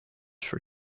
for